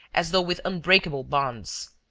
as though with unbreakable bonds.